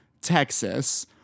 Texas